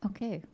Okay